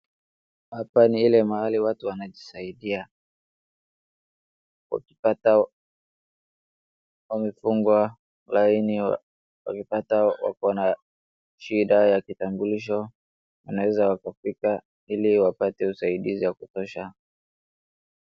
Hapa ni ile mahali watu wanajisaidia, wakipata wamefungwa laini, wakipata wako na shida ya kitambulisho, wanaweza kufika ili wapate usaidizi ya kutosha.